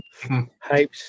Hypes